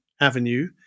avenue